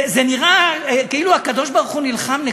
זה נראה כאילו הקדוש-ברוך-הוא נלחם נגדו.